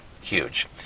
Huge